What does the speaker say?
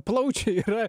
plaučiai yra